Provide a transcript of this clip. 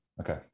Okay